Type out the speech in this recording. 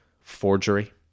Forgery